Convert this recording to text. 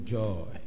joy